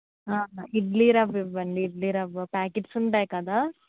ఇడ్లీ రవ్వ ఇవ్వండి ఇడ్లీ రవ్వ ప్యాకెట్స్ ఉంటాయి కదా